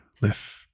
lift